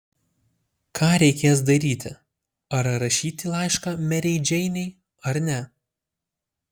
ką reikės daryti ar rašyti laišką merei džeinei ar ne